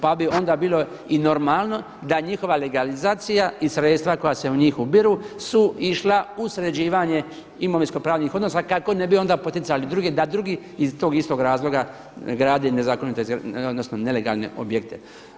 Pa bi onda bilo i normalno da njihova legalizacija i sredstva koja se u njih ubiru su išla u sređivanje imovinsko-pravnih odnosa kako ne bi onda poticali druge, da drugi iz tog istog razloga grade nezakonite, odnosno nelegalne objekte.